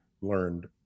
learned